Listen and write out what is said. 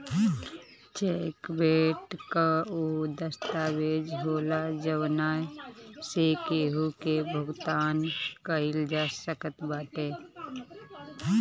check bank कअ उ दस्तावेज होला जवना से केहू के भुगतान कईल जा सकत बाटे